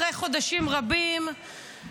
אחרי חודשים רבים,